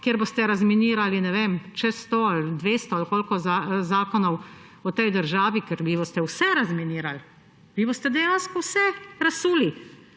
kjer boste razminirali čez 100 ali 200 ali koliko zakonov v tej državi, ker vi boste vse razminirali, vi boste dejansko vse razsuli.